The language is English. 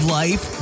life